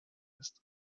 ist